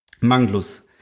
Manglus